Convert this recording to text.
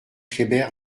kléber